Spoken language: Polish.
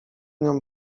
nią